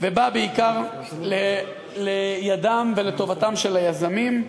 ובאה בעיקר לידם ולטובתם של היזמים,